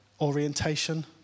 orientation